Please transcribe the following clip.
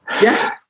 Yes